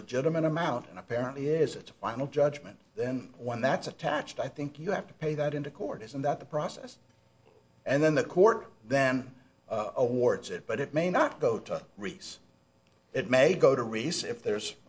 legitimate amount and apparently is it final judgment then when that's attached i think you have to pay that into court isn't that the process and then the court then awards it but it may not go to release it may go to release if there's